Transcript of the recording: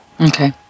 Okay